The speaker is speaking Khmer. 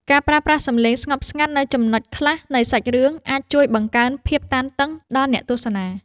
ការប្រើប្រាស់សំឡេងស្ងប់ស្ងាត់នៅចំណុចខ្លះនៃសាច់រឿងអាចជួយបង្កើនភាពតានតឹងដល់អ្នកទស្សនា។